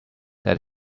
that